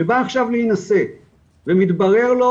שבא עכשיו להינשא ומתברר לו,